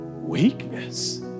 Weakness